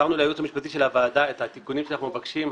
העברנו לייעוץ המשפטי של הוועדה את התיקונים שאנחנו מבקשים,